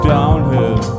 Downhill